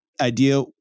idea